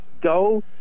go